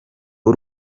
w’u